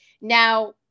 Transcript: Now